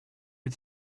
had